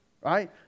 right